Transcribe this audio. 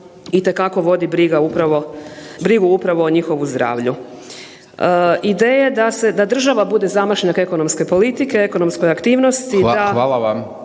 itekako vodi brigu upravo o njihovu zdravlju. Ideje da država bude zamašnjak ekonomske politike, ekonomskoj aktivnosti …/Upadica: